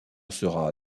sera